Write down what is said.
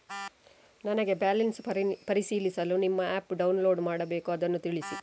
ನನಗೆ ಬ್ಯಾಲೆನ್ಸ್ ಪರಿಶೀಲಿಸಲು ನಿಮ್ಮ ಆ್ಯಪ್ ಡೌನ್ಲೋಡ್ ಮಾಡಬೇಕು ಅದನ್ನು ತಿಳಿಸಿ?